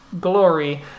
glory